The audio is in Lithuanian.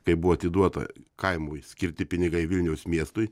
kaip buvo atiduota kaimui skirti pinigai vilniaus miestui